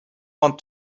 want